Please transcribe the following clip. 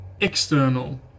external